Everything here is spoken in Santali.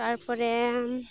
ᱛᱟᱨᱯᱚᱨᱮ